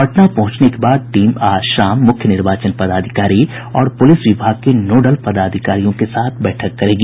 पटना पहुंचने के बाद टीम आज शाम मुख्य निर्वाचन पदाधिकारी और पुलिस विभाग के नोडल पदाधिकारियों के साथ बैठक करेगी